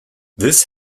this